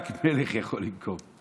רק מלך יכול לנקום.